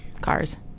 Cars